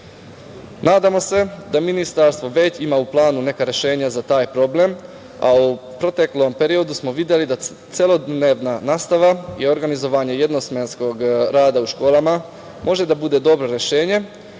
se da ministarstvo već ima u planu neka rešenja za taj problem, a u proteklom periodu smo videli da celodnevna nastava i organizovanje jednosmenskog rada u školama može da bude dobro rešenje,